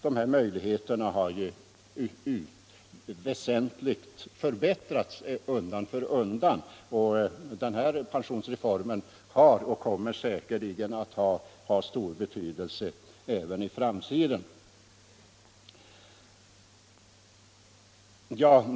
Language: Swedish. Dessa möjligheter har vä sentligt förbättrats undan för undan, de har stor betydelse i nuläget och Nr 76 de kommer säkerligen att få stor betydelse också i framtiden.